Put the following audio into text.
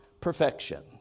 perfection